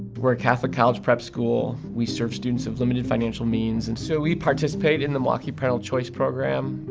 we're a catholic college prep school. we serve students of limited financial means. and so we participate in the milwaukee parental choice program,